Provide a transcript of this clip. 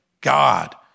God